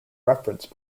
reference